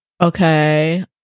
Okay